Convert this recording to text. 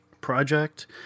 project